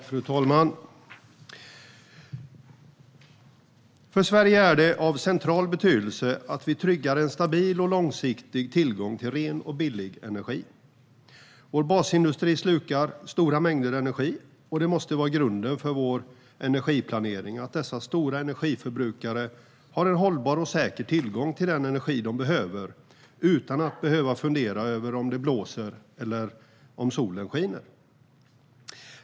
Fru talman! För Sverige är det av central betydelse att vi tryggar en stabil och långsiktig tillgång till ren och billig energi. Vår basindustri slukar stora mängder energi, och det måste vara grunden för vår energiplanering att dessa stora energiförbrukare har en hållbar och säker tillgång till den energi de behöver utan att behöva fundera över om det blåser eller om solen skiner.